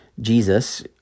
Jesus